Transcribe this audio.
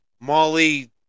Molly